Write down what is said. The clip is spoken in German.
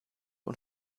und